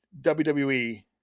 WWE